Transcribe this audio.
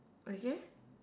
okay